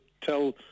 tell